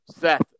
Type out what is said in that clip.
Seth